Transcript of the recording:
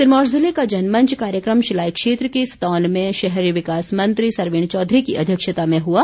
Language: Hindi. सिरमौर ज़िले का जनमंच कार्यक्रम शिलाई क्षेत्र के सतौन में शहरी विकास मंत्री सरवीण चौधरी की अध्यक्षता में हुआ